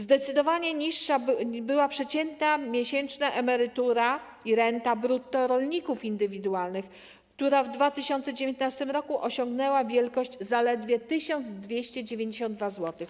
Zdecydowanie niższa była przeciętna miesięczna emerytura i renta brutto rolników indywidualnych, która w 2019 r. osiągnęła wielkość zaledwie 1292 zł.